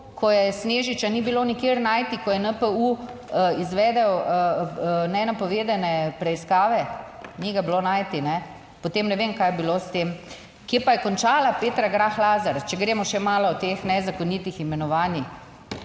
ko je Snežiča ni bilo nikjer najti, ko je NPU izvedel nenapovedane preiskave. Ni ga bilo najti. Ne, potem ne vem, kaj je bilo s tem. Kje pa je končala Petra Grah Lazar? Če gremo še malo o teh nezakonitih imenovanjih.